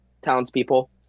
townspeople